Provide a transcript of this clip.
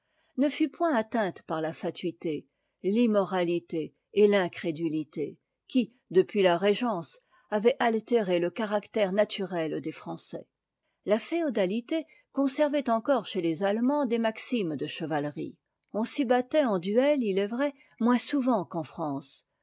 ne fut point atteinte par la fatuité l'immoralité et l'incrédulité qui depuis la régence avaient altéré le caractère naturel des francais la féodalité conservait encore chez les attemands des maximes de chevalerie on s'y battait en duel il est vrai moins souvent qu'enfrance